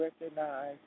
recognize